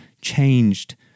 changed